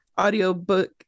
audiobook